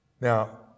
Now